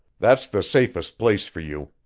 that's the safest place for you,